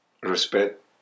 respect